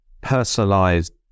personalized